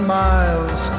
miles